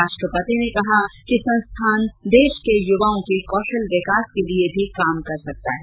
राष्ट्रपति ने कहा कि संस्थान देश के युवाओं के कौशल विकास के लिए भीकाम कर सकता है